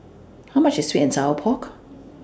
How much IS Sweet and Sour Pork